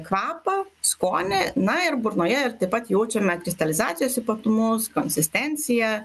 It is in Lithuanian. kvapą skonį na ir burnoje ir taip pat jaučiame kristalizacijos ypatumus konsistencija